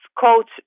coach